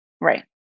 Right